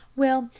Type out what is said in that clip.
well,